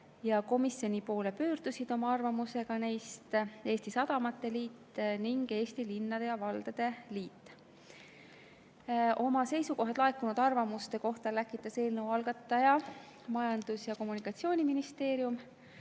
Komisjoni poole pöördusid oma arvamusega neist Eesti Sadamate Liit ning Eesti Linnade ja Valdade Liit. Oma seisukohad laekunud arvamuste kohta läkitas eelnõu algataja Majandus- ja Kommunikatsiooniministeerium.